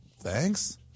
thanks